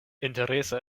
interesa